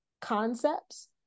concepts